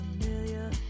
familiar